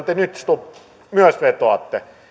te nyt stubb myös vetoatte